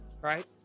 Right